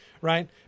right